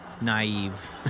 naive